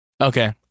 okay